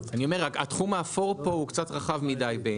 התחום האפור פה הוא קצת רחב מידי.